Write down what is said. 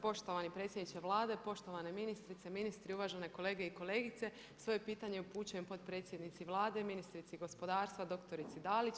Poštovani predsjedniče Vlade, poštovane ministrice, ministri, uvažene kolege i kolegice svoje pitanje upućujem potpredsjednici Vlade, ministrici gospodarstva doktorici Dalić.